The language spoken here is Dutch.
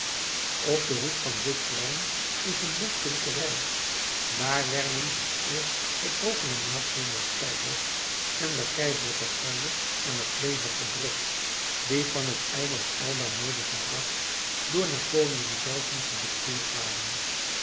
op den hoek van dit plein is een boekdrukkerij daar werden het eerst de proclamatiën des keizers en der keizerlijke garde aan het leger gedrukt die van het eiland elba medegebracht door napoleon zelven gedicteerd waren